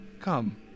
Come